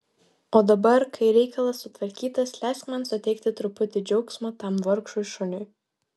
o dabar kai reikalas sutvarkytas leisk man suteikti truputį džiaugsmo tam vargšui šuniui